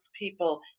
people